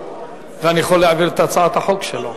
ואני יכול להעביר את הצעת החוק שלו,